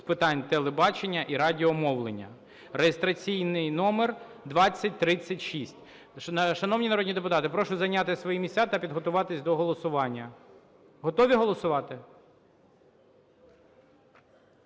з питань телебачення і радіомовлення (реєстраційний номер 2036). Шановні народні депутати, прошу зайняти свої місця та підготуватись до голосування. Готові голосувати?